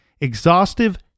exhaustive